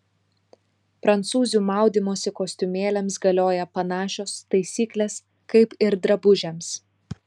prancūzių maudymosi kostiumėliams galioja panašios taisyklės kaip ir drabužiams